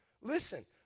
listen